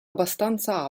abbastanza